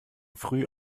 früh